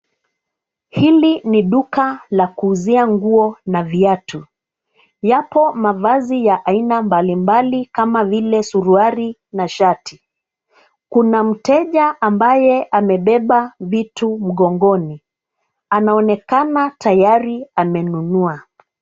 Hili ni duka la kuuzia nguo na viatu. Yapo mavazi ya aina mbali mbali kama vile: suruali na shati. Kuna mteja ambaye amebeba vitu mgongoni. Anaonekana tayari amenunua.